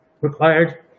required